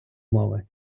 мови